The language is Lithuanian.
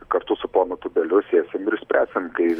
kartu su ponu tubeliu sėsim ir išspręsim kai